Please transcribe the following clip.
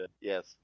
yes